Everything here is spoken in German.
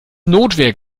notwehr